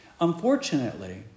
Unfortunately